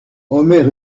omer